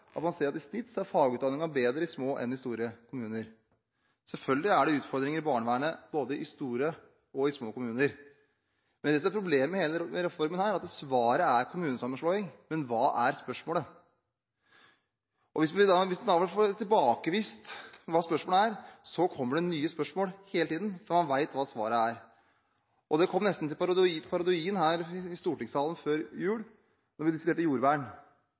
ser man at i snitt er fagutdanningen bedre i små enn i store kommuner. Selvfølgelig er det utfordringer i barnevernet både i store og i små kommuner. Men det som er problemet med hele denne reformen, er at svaret er kommunesammenslåing, men hva er spørsmålet? Og hvis vi da får tilbakevist det spørsmålet gjelder, kommer det nye spørsmål hele tiden – for man vet hva svaret er. Og det endte nesten i parodien her i stortingssalen før jul da vi diskuterte jordvern.